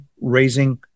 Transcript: raising